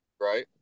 Right